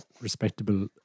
respectable